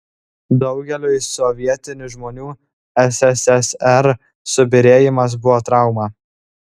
daugeliui sovietinių žmonių sssr subyrėjimas buvo trauma